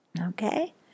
Okay